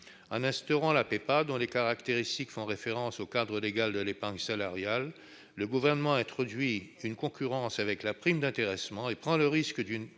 En instaurant la PEPA, dont les caractéristiques font référence au cadre légal de l'épargne salariale, le Gouvernement introduit une concurrence avec la prime d'intéressement et prend le risque d'une